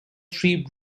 three